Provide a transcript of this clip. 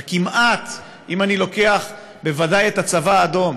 וכמעט, בוודאי אם אני לוקח את הצבא האדום,